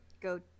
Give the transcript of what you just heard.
go